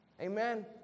Amen